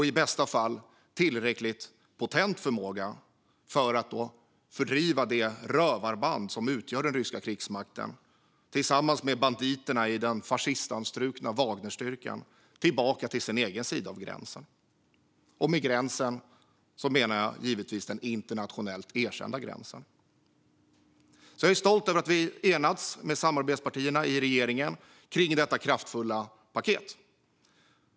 I bästa fall är det en tillräckligt potent förmåga för att fördriva det rövarband som utgör den ryska krigsmakten tillsammans med banditerna i den fascistanstrukna Wagnerstyrkan tillbaka till sin egen sida av gränsen. Med gränsen menar jag givetvis den internationellt erkända gränsen. Jag är stolt över att vi har enats med samarbetspartierna i regeringen kring detta kraftfulla paket.